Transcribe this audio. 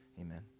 Amen